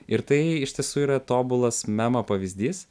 ir tai iš tiesų yra tobulas memo pavyzdys